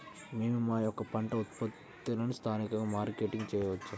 మేము మా యొక్క పంట ఉత్పత్తులని స్థానికంగా మార్కెటింగ్ చేయవచ్చా?